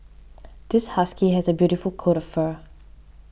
this husky has the beautiful coat of fur